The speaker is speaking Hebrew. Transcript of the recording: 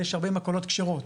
יש הרבה מכולות כשרות,